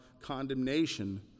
condemnation